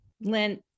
Lynn